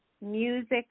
music